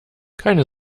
keine